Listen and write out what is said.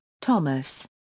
Thomas